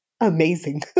amazing